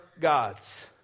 gods